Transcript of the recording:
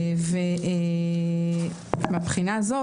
מהבחינה הזאת,